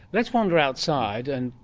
let's wander outside and,